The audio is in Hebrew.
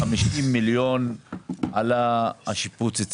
אנחנו מאוד הצטערנו על זה שבקדנציה